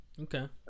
Okay